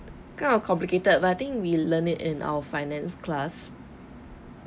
kind of complicated but I think we learnt it in our finance class